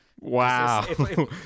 wow